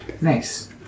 Nice